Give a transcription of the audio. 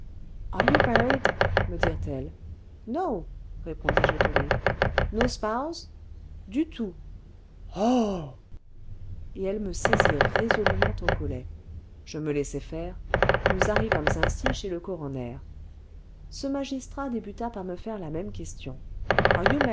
me dirent-elles ce no répondis-je étonné ce no spouse ce du tout ce oh ce et elles me saisirent résolument au collet je me laissai faire nous arrivâmes ainsi chez le coroner ce magistrat débuta par me faire la même question